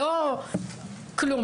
לא כלום,